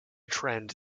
trend